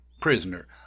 prisoner